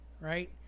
right